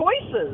choices